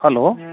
hello